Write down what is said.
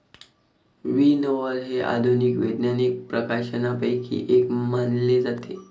विनओवर हे आधुनिक वैज्ञानिक प्रकाशनांपैकी एक मानले जाते